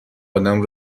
ادم